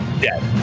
dead